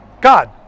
God